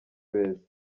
beza